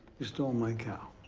you stole my cow.